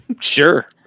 sure